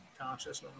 conscious